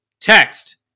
text